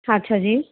ਅੱਛਾ ਜੀ